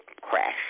crash